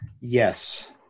Yes